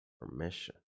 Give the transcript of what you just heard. permission